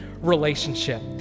relationship